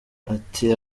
ati